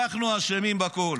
אנחנו אשמים בכול.